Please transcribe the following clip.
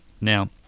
Now